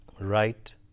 Right